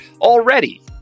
already